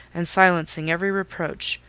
and silencing every reproach,